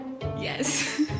Yes